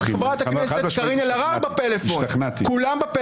חד-משמעית השתכנעתי.